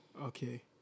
Okay